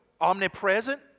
Omnipresent